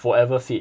forever fit